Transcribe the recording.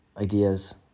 ideas